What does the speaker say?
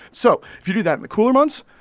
so if you do that in the cooler months,